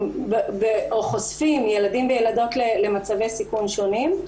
או חושפים ילדים וילדות למצבי סיכון שונים.